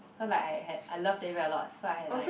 cause like I had I love Teddy Bear a lot so I had like